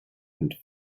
and